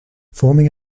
forming